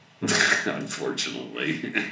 Unfortunately